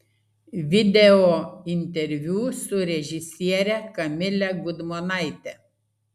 video interviu su režisiere kamile gudmonaite